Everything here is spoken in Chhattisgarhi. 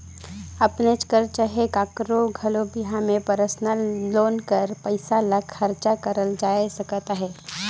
अपनेच कर चहे काकरो घलो बिहा में परसनल लोन कर पइसा ल खरचा करल जाए सकत अहे